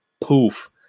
poof